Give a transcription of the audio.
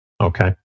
Okay